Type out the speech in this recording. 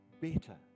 better